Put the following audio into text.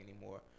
anymore